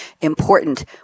Important